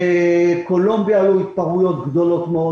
בקולומביה היו התפרעויות גדולות מאוד.